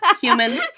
Human